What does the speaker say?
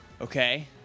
Okay